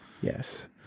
Yes